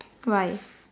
why